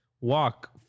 walk